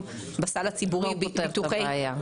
לא פותר את הבעיה.